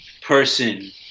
person